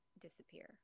disappear